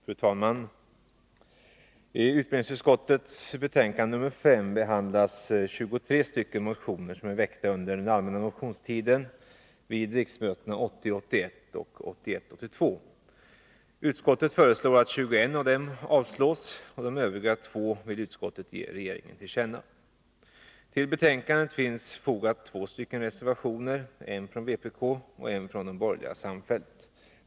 Fru talman! I utbildningsutskottets betänkande 5 behandlas 23 motioner väckta under den allmänna motionstiden vid riksmötena 1980 82. Utskottet föreslår att 21 av dem avslås. När det gäller de övriga två vill utskottet ge regeringen till känna vad man har anfört. Till betänkandet finns fogat två reservationer, en från vpk och en från de borgerliga samfällt.